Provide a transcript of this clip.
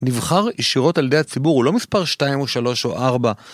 הוא נבחר ישירות על ידי הציבור, הוא לא מספר 2 או 3 או 4.